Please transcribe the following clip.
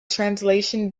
translation